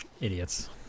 idiots